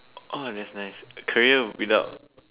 oh that's nice career without